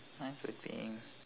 mine would be